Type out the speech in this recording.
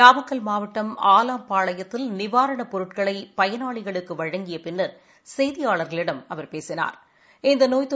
நாமக்கல் மாவட்டம் ஆலாம்பாளையத்தில் நிவாரணப் பொருட்களைபயனாளிகளுக்குவழங்கியபின்னா் செய்தியாளா்களிடம் அவா் பேசினாா்